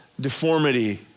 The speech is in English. deformity